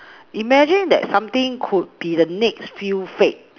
imagine that something could be the next few fate